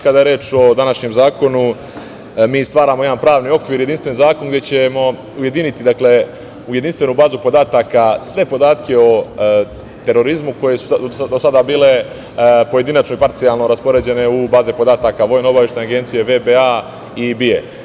Kada je reč o današnjem zakonu, mi stvaramo jedan pravni okvir, jedinstven zakon gde ćemo ujediniti u jedinstvenu bazu podataka sve podatke o terorizmu koje su do sada bile pojedinačno i parcijalno raspoređene u baze podataka Vojnoobaveštajne agencije, VBA i BIA.